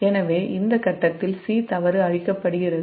எனவே இந்த ஃபேஸ்ல் c தவறு அழிக்கப்படுகிறது